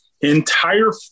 entire